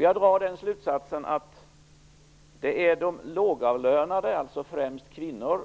Jag drar slutsatsen att det är de lågavlönade, alltså främst kvinnor,